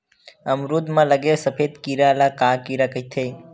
अमरूद म लगे सफेद कीरा ल का कीरा कइथे?